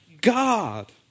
God